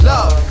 Love